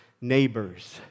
neighbors